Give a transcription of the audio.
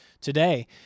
today